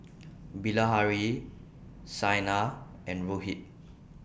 Bilahari Saina and Rohit